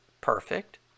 perfect